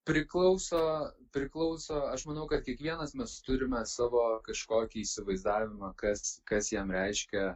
priklauso priklauso aš manau kad kiekvienas mes turime savo kažkokį įsivaizdavimą kas kas jam reiškia